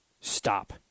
Stop